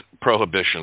prohibition